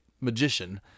magician